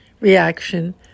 reaction